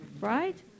Right